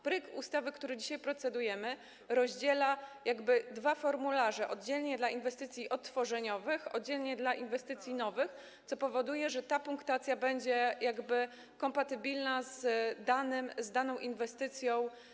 Projekt ustawy, nad którym dzisiaj procedujemy, rozdziela te dwa formularze, oddzielnie jest dla inwestycji odtworzeniowych, oddzielnie dla inwestycji nowych, co powoduje, że ta punktacja będzie kompatybilna z daną inwestycją.